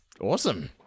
Awesome